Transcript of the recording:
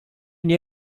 nie